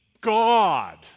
God